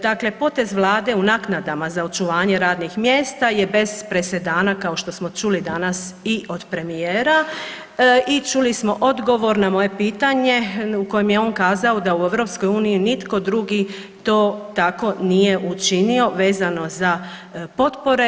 Dakle potez Vlade u naknadama za očuvanje radnih mjesta je bez presedana kao što smo čuli danas i od premijera i čuli smo odgovor na moje pitanje u kojem je on kazao da u Europskoj uniji nitko drugi to tako nije učinio vezano za potpore.